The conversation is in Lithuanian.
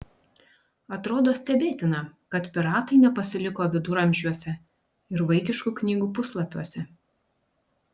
atrodo stebėtina kad piratai nepasiliko viduramžiuose ir vaikiškų knygų puslapiuose